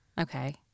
Okay